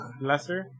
Lesser